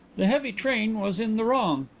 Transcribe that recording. the heavy train was in the wrong.